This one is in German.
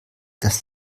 das